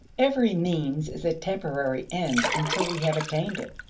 every means is a temporary end until we have attained it.